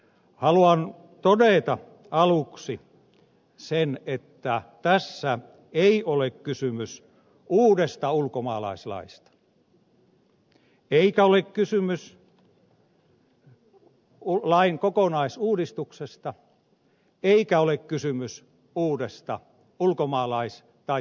haluan todeta aluksi sen että tässä ei ole kysymys uudesta ulkomaalaislaista eikä ole kysymys lain kokonaisuudistuksesta eikä ole kysymys uudesta ulkomaalais tai turvapaikkapolitiikasta